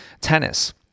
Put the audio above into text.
tennis